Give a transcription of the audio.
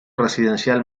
residencial